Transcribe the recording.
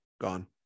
gone